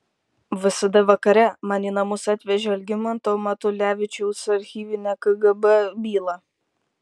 vsd vakare man į namus atvežė algimanto matulevičiaus archyvinę kgb bylą